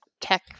tech